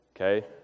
okay